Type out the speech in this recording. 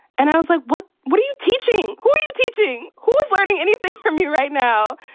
and i was like, what? what are you teaching? who are you teaching? who's learning anything from you right now?